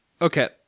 Okay